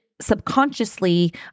subconsciously